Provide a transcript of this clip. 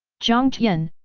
jiang tian,